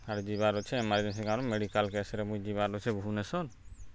ଆର୍ ଯିବାର୍ ଅଛେ ଏମର୍ଜେନ୍ସି କାମ୍ରେ ମେଡ଼ିକାଲ୍ କେସ୍ରେ ମୁଇଁ ଯିବାର୍ ଅଛେ ଭୁବନେଶ୍ୱର